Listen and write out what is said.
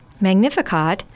Magnificat